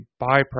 byproduct